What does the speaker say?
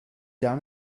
down